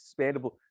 expandable